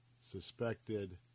suspected